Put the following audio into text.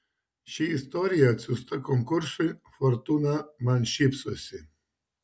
ši istorija atsiųsta konkursui fortūna man šypsosi